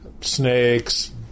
Snakes